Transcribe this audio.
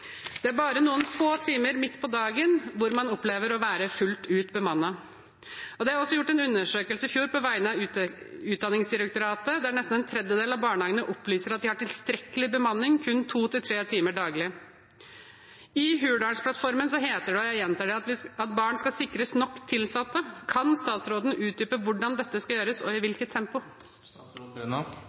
Det er bare noen få timer midt på dagen hvor man opplever å være fullt ut bemannet. Det er også gjort en undersøkelse i fjor på vegne av Utdanningsdirektoratet der nesten en tredjedel av barnehagene opplyser at de har tilstrekkelig bemanning kun to–tre timer daglig. I Hurdalsplattformen heter det, og jeg gjentar det, at barn skal sikres nok tilsatte. Kan statsråden utdype hvordan dette skal gjøres, og i hvilket tempo?